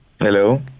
Hello